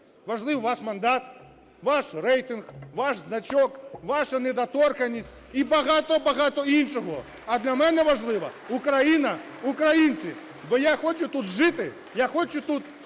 важливо ваш мандат, ваш рейтинг, ваш значок, ваша недоторканність і багато-багато іншого. А для мене важлива Україна, українці, бо я хочу тут жити, я хочу тут